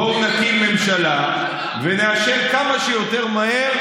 בואו נקים ממשלה ונאשר כמה שיותר מהר